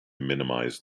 minimize